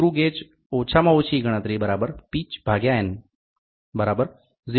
screw gauge ઓછામાં ઓછી ગણતરી પીચ ભાગ્યા એન 0